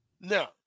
Now